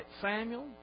Samuel